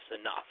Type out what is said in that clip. enough